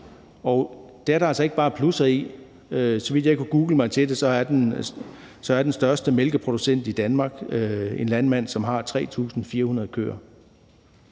og det er der altså ikke bare plusser i. Så vidt jeg kunne google mig til, er den største mælkeproducent i Danmark en landmand, som har 3.400 køer.